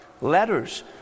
letters